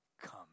Come